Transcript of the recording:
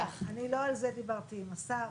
אני לא על זה דיברתי עם השר.